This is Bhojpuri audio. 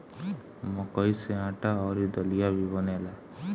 मकई से आटा अउरी दलिया भी बनेला